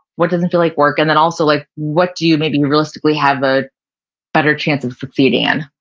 what doesn't feel like work and then also, like what do you maybe realistically have a better chance of succeeding in?